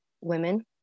women